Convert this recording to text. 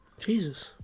Jesus